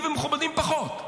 מכובדים ומכובדים פחות,